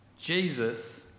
Jesus